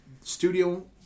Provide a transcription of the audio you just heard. studio